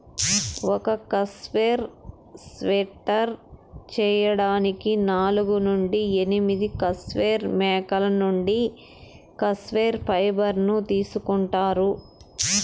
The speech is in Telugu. ఒక కష్మెరె స్వెటర్ చేయడానికి నాలుగు నుండి ఎనిమిది కష్మెరె మేకల నుండి కష్మెరె ఫైబర్ ను తీసుకుంటారు